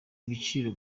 ibiciro